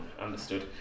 Understood